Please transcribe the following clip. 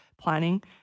planning